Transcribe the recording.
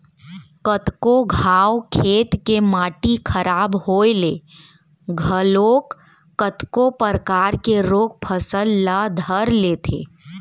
कतको घांव खेत के माटी खराब होय ले घलोक कतको परकार के रोग फसल ल धर लेथे